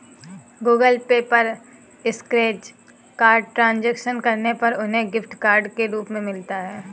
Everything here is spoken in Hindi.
गूगल पे पर स्क्रैच कार्ड ट्रांजैक्शन करने पर उन्हें गिफ्ट कार्ड के रूप में मिलता है